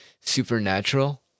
supernatural